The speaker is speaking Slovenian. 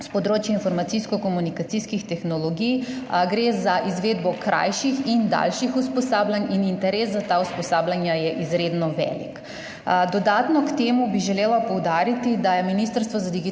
s področja informacijsko-komunikacijskih tehnologij. Gre za izvedbo krajših in daljših usposabljanj. Interes za ta usposabljanja je izredno velik. Dodatno k temu bi želela poudariti, da je Ministrstvo za digitalno